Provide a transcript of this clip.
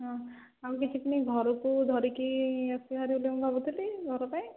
ହଁ ଆଉ ଗୋଟେ ଟିଫିନ୍ ଘରକୁ ଧରିକି ଆସିବାର ଗୋଟେ ଭାବୁଥିଲି ଘର ପାଇଁ